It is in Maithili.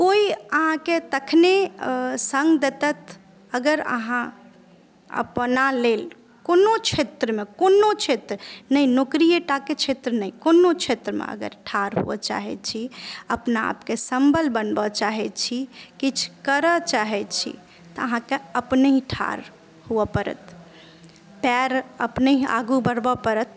कोई अहाँकेॅं तखने सङ्ग देतैथ अगर अहाँ अपना लेल कोनो क्षेत्रमे कोनो क्षेत्र नहि नौकरियटा के क्षेत्र नहि कोनो क्षेत्रमे अगर ठाढ़ होअ चाहै छी अपना आपके संबल बनबऽ चाहै छी किछु करऽ चाहै छी तऽ अहाँकेॅं अपने ठाढ़ हुअ परत पैर अपने आगू बढ़बऽ परत